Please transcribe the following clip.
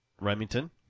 Remington